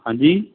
ਹਾਂਜੀ